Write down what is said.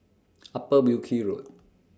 Upper Wilkie Road